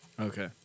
Okay